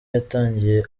yatangiye